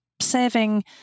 saving